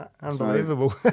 Unbelievable